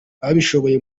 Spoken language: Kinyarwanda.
ababishoboye